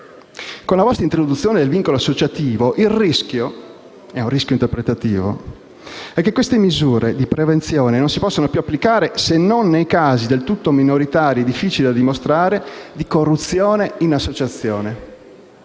Con la vostra introduzione del vincolo associativo il rischio (di tipo interpretativo) è che queste misure di prevenzione non si possano più applicare se non nei casi, del tutto minoritari e difficili da dimostrare, di corruzione in associazione.